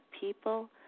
people